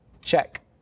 check